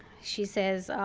she says,